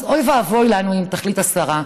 אז אוי ואבוי לנו אם תחליט השרה.